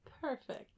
Perfect